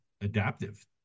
adaptive